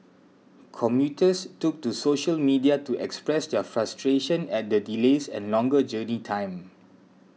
commuters took to social media to express their frustration at the delays and longer journey time